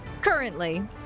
currently